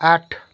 आठ